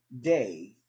day